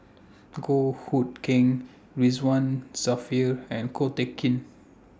Goh Hood Keng Ridzwan Dzafir and Ko Teck Kin